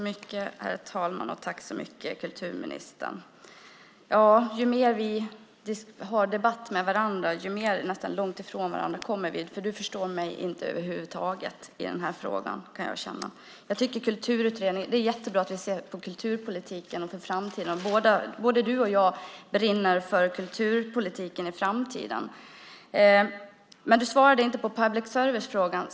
Herr talman! Ju mer vi debatterar desto längre ifrån varandra kommer vi. Du förstår mig inte över huvud taget i den här frågan kan jag känna. Det är jättebra att vi ser på kulturpolitiken för framtiden. Både du och jag brinner för kulturpolitiken i framtiden. Men kulturministern svarade inte på frågan om public service.